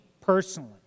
personally